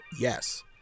Yes